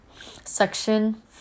Section